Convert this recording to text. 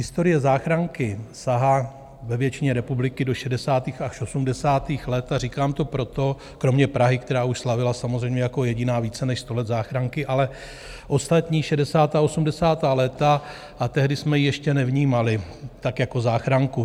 Historie záchranky sahá ve většině republiky do šedesátých až osmdesátých let, a říkám to proto kromě Prahy, která už slavila samozřejmě jako jediná více než sto let záchranky ale ostatní šedesátá, osmdesátá léta, a tehdy jsme ještě nevnímali tak jako záchranku.